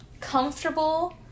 comfortable